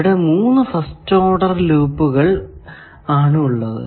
ഇവിടെ 3 first order ലൂപ്പുകൾ ആണ് ഉള്ളത്